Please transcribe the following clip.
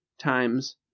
times